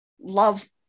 love